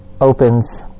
Opens